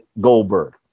Goldberg